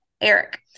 eric